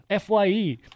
FYE